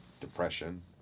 Depression